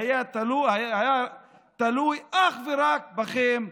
זה היה תלוי אך ורק בכם.